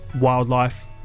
wildlife